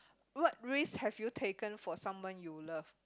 what risks have you taken for someone you love